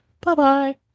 bye-bye